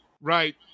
right